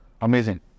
Amazing